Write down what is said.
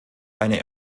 eine